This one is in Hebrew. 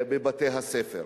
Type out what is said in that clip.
בבתי-הספר.